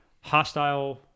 hostile